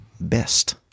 best